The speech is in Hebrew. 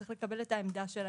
צריך לקבל את העמדה שלהם.